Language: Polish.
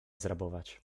zrabować